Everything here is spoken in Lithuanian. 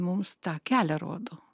mums tą kelią rodo